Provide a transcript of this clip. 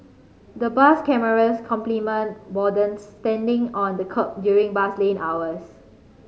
the bus cameras complement wardens standing on the kerb during bus lane hours